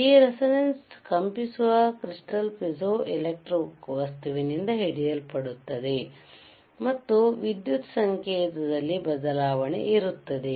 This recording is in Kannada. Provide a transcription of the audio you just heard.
ಈ ರೇಸೋನೆನ್ಸ್ ಕಂಪಿಸುವ ಕ್ರಿಸ್ಟಲ್ ಪೀಜೋಎಲೆಕ್ಟ್ರಿಕ್ ವಸ್ತುವಿನಿಂದ ಹಿಡಿಯಲ್ಪಡುತ್ತದೆ ಮತ್ತು ವಿದ್ಯುತ್ ಸಂಕೇತದಲ್ಲಿ ಬದಲಾವಣೆ ಇರುತ್ತದೆ